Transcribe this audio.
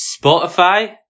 Spotify